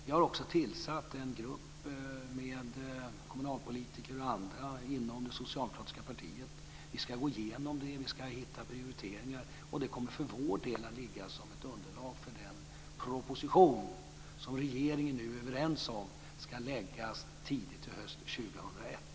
Vi har också tillsatt en grupp med kommunalpolitiker och andra inom det socialdemokratiska partiet. Vi ska gå igenom det, och vi ska hitta prioriteringar, och det här kommer för vår del att ligga som ett underlag för den proposition som man nu är överens om i regeringen ska läggas tidigt hösten 2001.